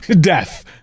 Death